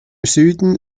süden